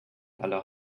aller